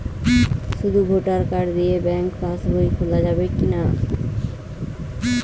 শুধু voter card দিয়ে bank pass বই খোলা যাবে কিনা?